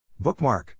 Bookmark